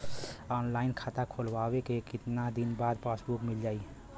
Online खाता खोलवईले के कितना दिन बाद पासबुक मील जाई?